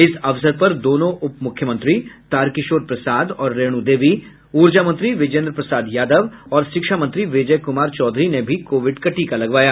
इस अवसर पर दोनों उप मुख्यमंत्री तारकिशोर प्रसाद और रेणु देवी ऊर्जा मंत्री विजेन्द्र प्रसाद यादव और शिक्षा मंत्री विजय कुमार चौधरी ने भी कोविड का टीका लगवाया